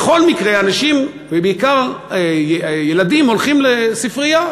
בכל מקרה, אנשים, ובעיקר ילדים, הולכים לספרייה.